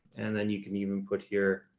and then you can even put here,